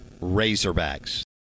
Razorbacks